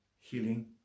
healing